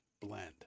blend